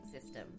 system